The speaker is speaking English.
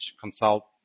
consult